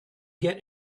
get